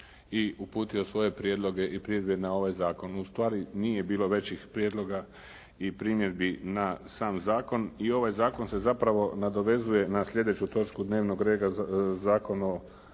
i uputio svoje prijedloge i primjedbe na ovaj zakon. Ustvari nije bilo većih prijedloga i primjedbi na sam zakon, i ovaj zakon se zapravo nadovezuje na sljedeću točku dnevnog reda, Zakon